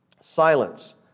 Silence